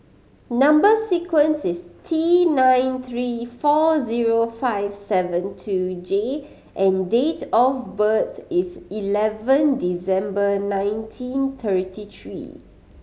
number sequence is T nine three four zero five seven two J and date of birth is eleven December nineteen thirty three